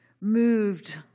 moved